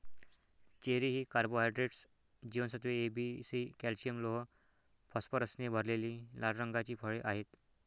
cherry ही carbohydrates, जीवनसत्त्वे A, B, C, calcium, लोह, फॉस्फरसने भरलेली लाल रंगाची फळे आहेत